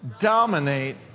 dominate